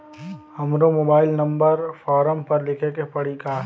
हमरो mobile number form पर लिखे के पड़ी का?